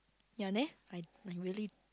ya neh I really